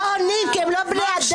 לא עונים כי הם לא בני אדם.